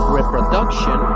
reproduction